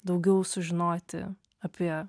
daugiau sužinoti apie